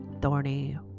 thorny